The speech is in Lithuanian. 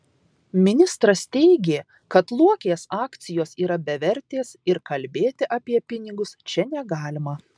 ministras teigė kad luokės akcijos yra bevertės ir kalbėti apie pinigus čia negalima